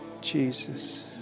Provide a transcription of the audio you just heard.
Jesus